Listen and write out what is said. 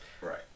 Right